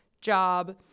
job